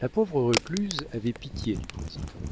la pauvre récluse avait pitié du président